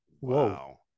Wow